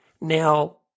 Now